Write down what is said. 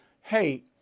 hey